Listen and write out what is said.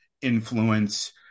influence